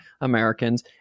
Americans